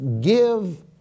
give